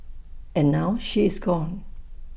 and now she is gone